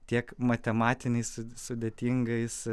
tiek matematiniais sudėtingais